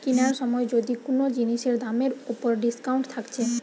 কিনার সময় যদি কুনো জিনিসের দামের উপর ডিসকাউন্ট থাকছে